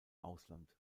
ausland